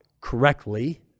correctly